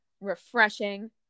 Refreshing